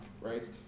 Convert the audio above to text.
right